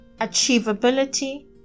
achievability